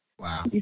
Wow